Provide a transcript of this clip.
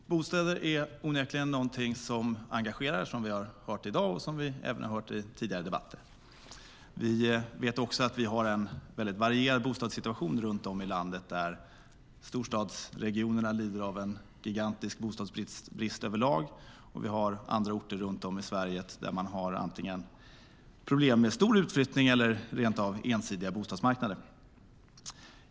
Herr talman! Bostäder är onekligen något som engagerar. Det har vi hört i dag och även i tidigare debatter. Vi vet också att vi har en varierad bostadssituation i landet. Storstadsregionerna lider av gigantisk bostadsbrist medan andra orter har problem med stor utflyttning eller rent av ensidiga bostadsmarknader.